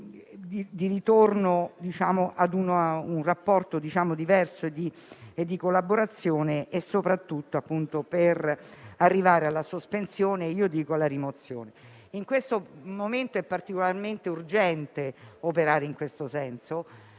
percorso verso un rapporto diverso e di collaborazione, soprattutto per arrivare alla sospensione - e io dico alla rimozione - dell'embargo. In questo momento è particolarmente urgente operare in tal senso,